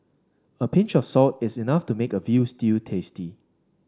a pinch of salt is enough to make a veal stew tasty